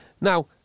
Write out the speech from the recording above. Now